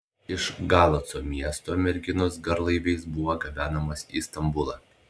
iš galaco miesto merginos garlaiviais buvo gabenamos į stambulą